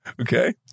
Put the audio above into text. Okay